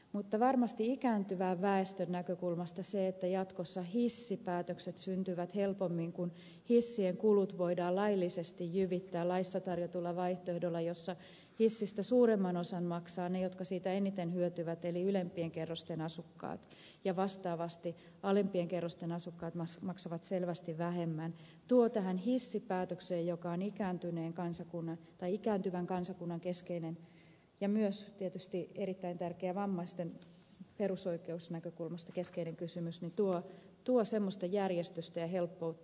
mutta varmasti ikääntyvän väestön näkökulmasta se että jatkossa hissipäätökset syntyvät helpommin kun hissien kulut voidaan laillisesti jyvittää laissa tarjotulla vaihtoehdolla jossa hissistä suuremman osan maksavat ne jotka siitä eniten hyötyvät eli ylempien kerrosten asukkaat ja vastaavasti alempien kerrosten asukkaat maksavat selvästi vähemmän tuo tähän hissipäätökseen joka on keskeinen kysymys ikääntyvän kansakunnan ja myös tietysti erittäin tärkeä vammaisten perusoikeusnäkökulmasta semmoista järjestystä ja helppoutta